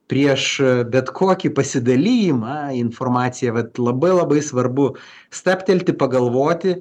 prieš bet kokį pasidalijimą informacija vat labai labai svarbu stabtelti pagalvoti